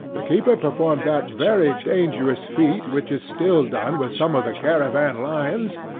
the keeper performed that very dangerous feat which is still done with some of the caravan lions,